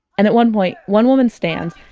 and at one point, one woman stands,